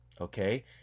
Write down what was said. okay